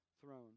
throne